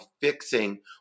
fixing